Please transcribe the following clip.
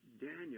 Daniel